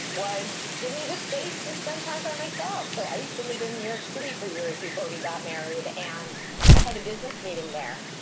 was give me the space to spend time by myself. so i used to live in new york city for years, before we got married, and i had a business meeting there.